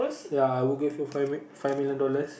ya I would give you five mil~ five million dollars